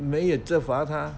没有惩罚他